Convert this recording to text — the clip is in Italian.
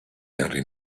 henry